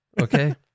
okay